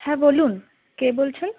হ্যাঁ বলুন কে বলছেন